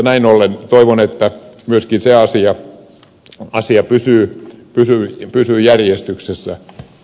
näin ollen toivon että myöskin se asia pysyy järjestyksessä